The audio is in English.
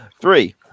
three